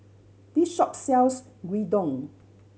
this shop sells Gyudon